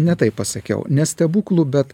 ne taip pasakiau ne stebuklų bet